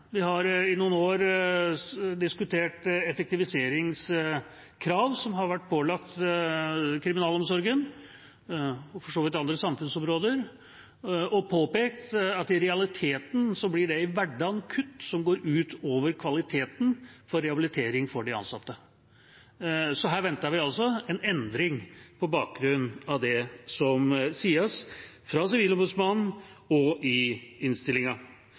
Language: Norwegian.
Vi har i noen år diskutert effektiviseringskravene som har vært pålagt kriminalomsorgen – og for så vidt også andre samfunnsområder – og påpekt at det i hverdagen i realiteten blir kutt som går ut over kvaliteten på rehabiliteringen av de innsatte. Så her venter vi oss en endring på bakgrunn av det som sies, både fra Sivilombudsmannen og i